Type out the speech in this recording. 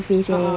ah